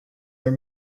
are